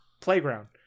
playground